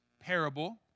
parable